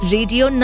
Radio